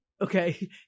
Okay